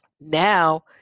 now